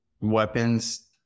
weapons